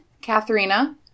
Katharina